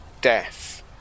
death